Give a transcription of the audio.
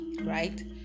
right